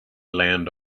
land